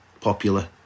popular